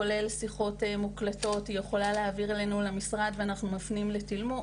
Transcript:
כולל שיחות מוקלטות היא יכולה להעביר אלינו למשרד ואנחנו מפנים לתמלול.